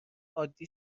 عادی